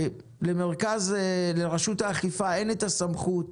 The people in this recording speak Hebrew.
לרשות האכיפה אין סמכות